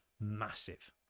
massive